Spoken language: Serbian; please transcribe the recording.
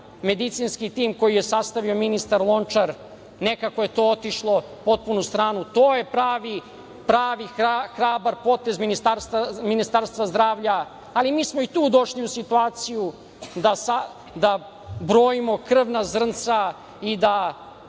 medicinski tim koji je sastavio ministar Lončar. Nekako je to otišlo na drugu stranu. To je pravi i hrabar potez Ministarstva zdravlja. Mi smo i tu došli u situaciju da brojimo krvna zrnca i da